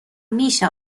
میشه